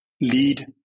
lead